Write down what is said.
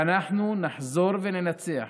ואנחנו נחזור וננצח,